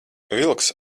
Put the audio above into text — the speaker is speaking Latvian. vilks